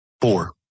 Four